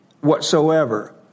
whatsoever